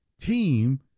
team